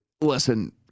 listen